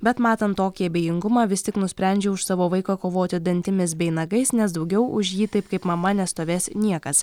bet matant tokį abejingumą vis tik nusprendžiau už savo vaiką kovoti dantimis bei nagais nes daugiau už jį taip kaip mama nestovės niekas